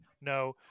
no